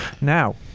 Now